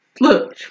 look